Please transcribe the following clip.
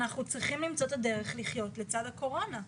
אנחנו צריכים למצוא את הדרך לחיות לצד הקורונה.